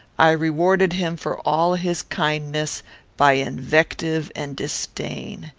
i rewarded him for all his kindness by invective and disdain,